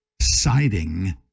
siding